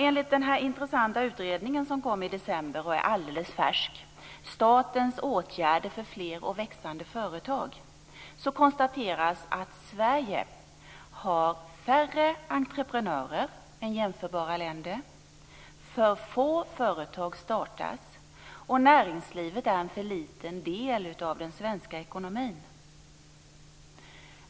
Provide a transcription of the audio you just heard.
Enligt den intressanta utredning som kom i december, Statens åtgärder för fler och växande företag, konstateras att Sverige har färre entreprenörer än jämförbara länder, att för få företag startas och att näringslivet är en för liten del av den svenska ekonomin.